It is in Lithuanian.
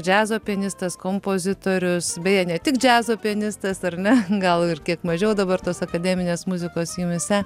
džiazo pianistas kompozitorius beje ne tik džiazo pianistas ar ne gal ir kiek mažiau dabar tos akademinės muzikos jumyse